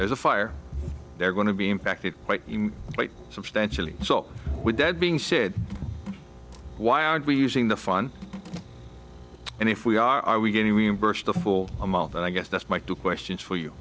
there's a fire they're going to be impacted quite substantially so with that being said why aren't we using the fun and if we are are we getting reimbursed the full amount and i guess that's my two questions for you